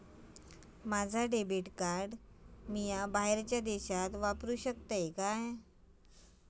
माझा debit card मी बाहेरच्या देशात वापरू शकतय काय?